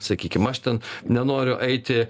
sakykim aš ten nenoriu eiti